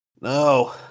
no